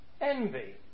envy